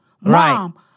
Mom